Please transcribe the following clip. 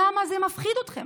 למה זה מפחיד אתכם?